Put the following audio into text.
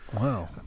Wow